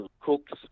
cooks